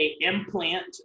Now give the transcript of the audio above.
implant